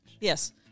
Yes